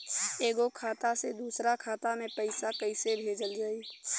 एगो खाता से दूसरा खाता मे पैसा कइसे भेजल जाई?